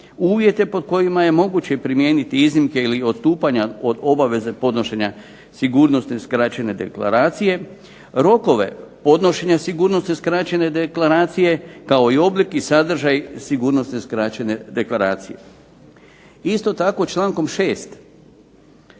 uvjete pod kojima je moguće primijeniti iznimke ili odstupanja od obaveze podnošenja sigurnosne skraćene deklaracije, rokove podnošenja sigurnosne skraćene deklaracije kao i oblik i sadržaj sigurnosne skraćene deklaracije. Isto tako člankom 6.